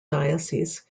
diocese